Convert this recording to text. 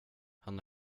han